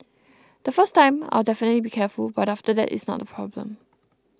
the first time I'll definitely be careful but after that it's not a problem